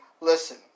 Listen